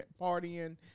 partying